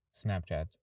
Snapchat